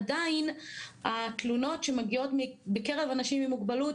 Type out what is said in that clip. עדיין התלונות שמגיעות בקרב אנשים עם מוגבלות